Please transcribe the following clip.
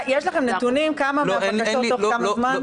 יש לכם נתונים כמה מהבקשות, תוך כמה זמן?